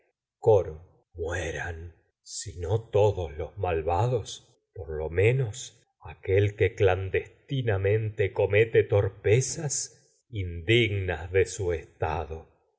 coro nos todos los malvados por lo me aquel de su clandestinamente comete torpezas indig nas estado